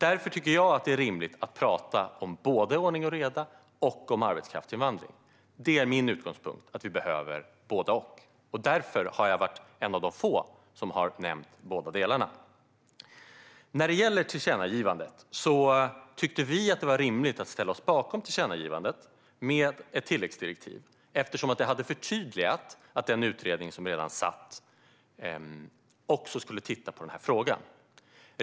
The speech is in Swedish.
Därför tycker jag att det är rimligt att prata både om ordning och reda och om arbetskraftsinvandring. Det är min utgångspunkt att vi behöver både och. Därför har jag varit en av de få som har nämnt båda delarna. När det gäller tillkännagivandet tyckte vi att det var rimligt att ställa oss bakom tillkännagivandet om ett tilläggsdirektiv, eftersom det hade förtydligat att den utredning som redan satt också skulle titta på denna fråga.